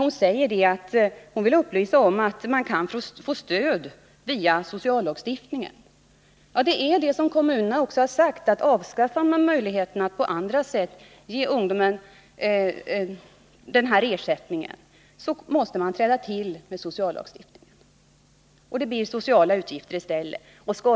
Från kommunerna har också påpekats att regeringsförslagen betyder att sociallagstiftningen måste träda i kraft för att man skall klara åtskilliga ungdomars ekonomi. Det blir alltså fråga om sociala utgifter i stället för beredskapslön och utbildningsbidrag. Vad är det för reform?